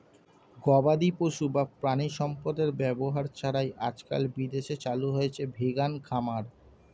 গবাদিপশু বা প্রাণিসম্পদের ব্যবহার ছাড়াই আজকাল বিদেশে চালু হয়েছে ভেগান খামার